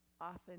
often